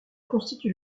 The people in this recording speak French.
constitue